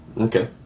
Okay